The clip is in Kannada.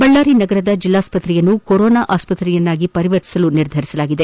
ಬಳ್ಳಾರಿ ನಗರದ ಜಿಲ್ಲಾ ಆಸ್ತತ್ರೆಯನ್ನು ಕೊರೊನಾ ಆಸ್ತ್ರೆಯನ್ನಾಗಿ ಪರಿವರ್ತಿಸಲು ನಿರ್ಧರಿಸಲಾಗಿದೆ